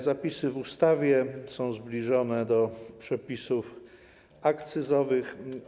Zapisy w ustawie są zbliżone do przepisów akcyzowych.